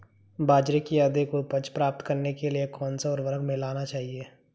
बाजरे की अधिक उपज प्राप्त करने के लिए कौनसा उर्वरक मिलाना चाहिए?